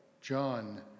John